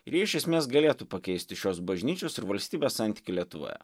ir jie iš esmės galėtų pakeisti šios bažnyčios ir valstybės santykį lietuvoje